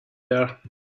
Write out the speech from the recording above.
here